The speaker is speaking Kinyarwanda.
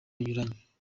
binyuranye